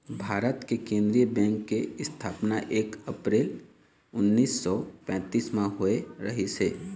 भारत के केंद्रीय बेंक के इस्थापना एक अपरेल उन्नीस सौ पैतीस म होए रहिस हे